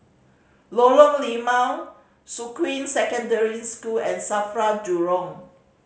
Lorong Limau Shuqun Secondary School and SAFRA Jurong